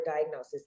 diagnosis